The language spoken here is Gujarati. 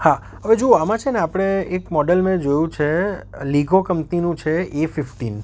હા હવે જૂઓ આમાં છે ને આપણે એક મોડલ મેં જોયું છે લિગો કમ્પનીનું છે એ ફિફટીન